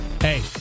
hey